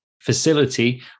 facility